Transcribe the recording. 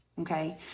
Okay